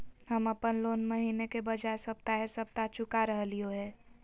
हम अप्पन लोन महीने के बजाय सप्ताहे सप्ताह चुका रहलिओ हें